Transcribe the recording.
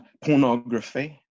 pornography